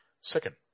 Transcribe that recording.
Second